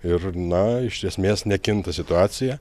ir na iš esmės nekinta situacija